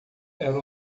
era